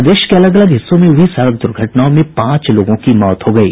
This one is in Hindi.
प्रदेश के अलग अलग हिस्सों में हुई सड़क द्र्घटनाओं में पांच लोगों की मौत हो गयी